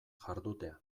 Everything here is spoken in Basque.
jardutea